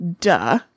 Duh